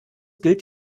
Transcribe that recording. gilt